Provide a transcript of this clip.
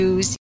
Use